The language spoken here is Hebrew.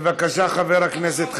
בבקשה, חבר הכנסת חזן.